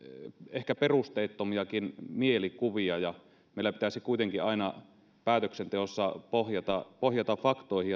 ehkä perusteettomiakin mielikuvia ja meillä pitäisi kuitenkin aina päätöksenteossa pohjata pohjata faktoihin